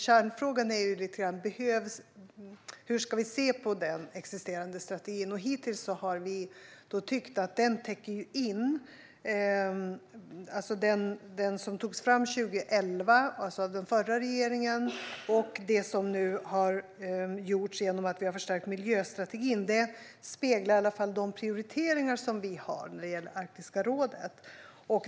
Kärnfrågan är hur vi ska se på den existerande strategin, och hittills har vi tyckt att den strategi som togs fram 2011 av den förra regeringen och det som nu har gjorts genom att vi har förstärkt miljöstrategin i alla fall speglar de prioriteringar vi har när det gäller Arktiska rådet.